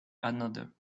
another